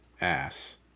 ass